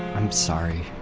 i'm sorry.